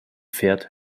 fährt